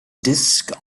disc